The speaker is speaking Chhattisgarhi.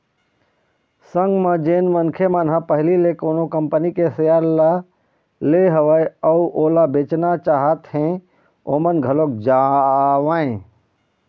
संग म जेन मनखे मन ह पहिली ले कोनो कंपनी के सेयर ल ले हवय अउ ओला बेचना चाहत हें ओमन घलोक जावँय